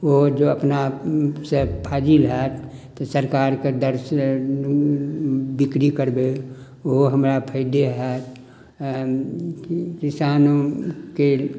ओहो जे अपना सँ फाजिल होयत तऽ सरकार के दर सँ बिक्री करबै ओहो हमरा फायदे होयत किसान के